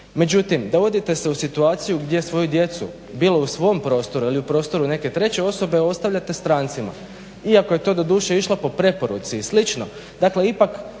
Međutim, dovodite se u situaciju gdje svoju djecu bilo u svom prostoru ili u prostoru neke treće osobe ostavljate strancima, iako je to doduše išlo po preporuci i slično,